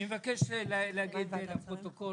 אני מבקש להגיד לפרוטוקול